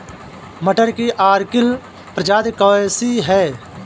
मटर की अर्किल प्रजाति कैसी है?